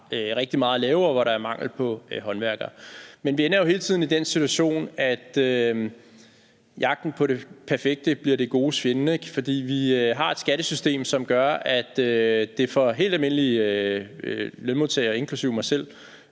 rigtig meget at lave, og hvor der er mangel på håndværkere. Men vi ender jo hele tiden i den situation, at jagten på det perfekte bliver det godes fjende, for vi har et skattesystem, som gør, at det for helt almindelige lønmodtager, inklusive mig selv,